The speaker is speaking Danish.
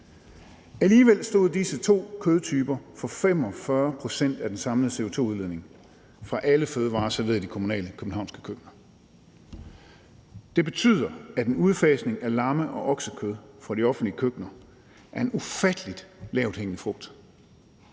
Alligevel stod disse to kødtyper for 45 pct. af den samlede CO2-udledning fra alle fødevarer serveret i de københavnske kommunale køkkener. Det betyder, at en udfasning af lamme- og oksekød fra de offentlige køkkener er en ufattelig lavthængende frugt.